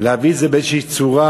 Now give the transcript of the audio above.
להביא את זה באיזושהי צורה,